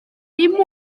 dim